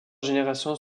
générations